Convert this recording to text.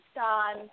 on